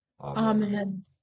Amen